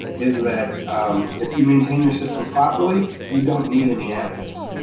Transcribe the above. is that if you maintain your system properly, you don't need any additives.